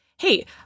hey